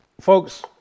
Folks